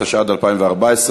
התשע"ד 2014,